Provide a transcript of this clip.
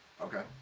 Okay